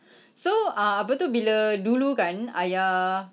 so ah apa itu bila dulu kan ayah